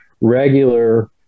regular